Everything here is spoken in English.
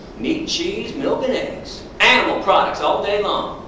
meat, cheese, milk and eggs. animal products all day long.